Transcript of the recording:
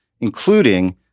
including